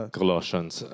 Colossians